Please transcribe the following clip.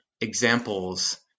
examples